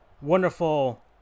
Wonderful